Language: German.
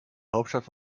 hauptstadt